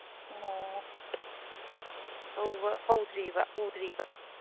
ꯑꯣ ꯇꯧꯕ ꯍꯧꯗ꯭ꯔꯤꯕ ꯎꯗ꯭ꯔꯤꯕ